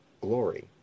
glory